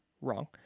Wrong